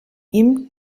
ihm